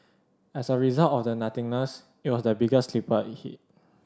as a result of the nothingness it is the biggest sleeper hit